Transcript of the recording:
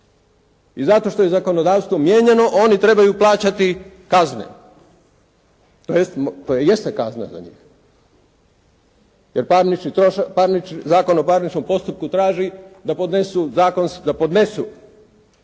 I zato što je zakonodavstvo mijenjano oni trebaju plaćati kazne. To i jeste kazna za njih, jer Zakon o parničnom postupku traži da podnesu trošak za parnicu